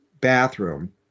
bathroom